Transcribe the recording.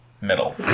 middle